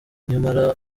nyamara